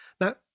Now